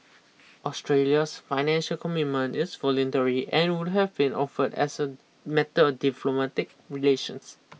Australia's financial commitment is voluntary and would have been offered as a matter of diplomatic relations